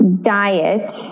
diet